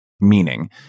meaning